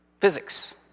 physics